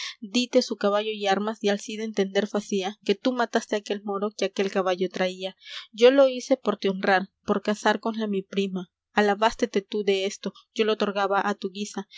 díte su caballo y armas y al cid entender facía que tú mataste aquel moro que aquel caballo traía yo lo hice por te honrar por casar con la mi prima alabástete tú desto yo lo otorgaba á tu guisa